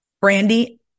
Brandy